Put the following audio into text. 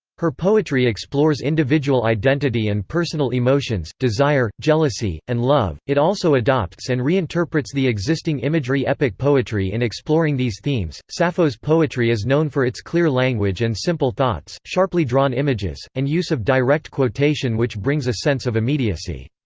her poetry explores individual identity and personal emotions desire, jealousy, and love it also adopts and reinterprets the existing imagery epic poetry in exploring these themes sappho's poetry is known for its clear language and simple thoughts, sharply-drawn images, and use of direct quotation which brings a sense of immediacy.